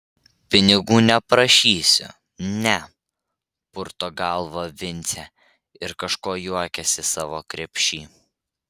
pinigų neprašysiu ne purto galvą vincė ir kažko jaukiasi savo krepšy